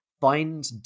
find